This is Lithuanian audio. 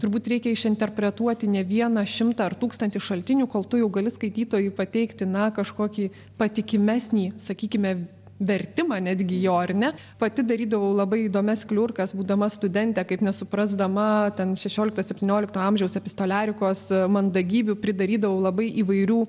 turbūt reikia išinterpretuoti ne vieną šimtą ar tūkstantį šaltinių kol tu jau gali skaitytojui pateikti na kažkokį patikimesnį sakykime vertimą netgi jo ar ne pati darydavau labai įdomias kliurkas būdama studentė kaip nesuprasdama ten šešiolikto septyniolikto amžiaus epistolerikos mandagybių pridarydavau labai įvairių